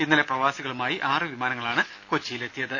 ഇന്നലെ പ്രവാസികളുമായി ആറു വിമാനങ്ങളാണ് കൊച്ചിയിൽ എത്തിയത്